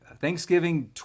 Thanksgiving